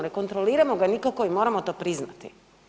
Ne kontroliramo ga nikako i moramo to priznati.